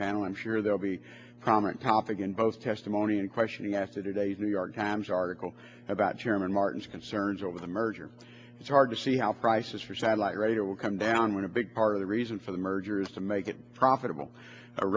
panel i'm sure they'll be prominent topic in both testimony and question he asked today's new york times article about chairman martin's concerns over the merger it's hard to see how prices for satellite radio will come down when a big part of the reason for the merger is to make it profitable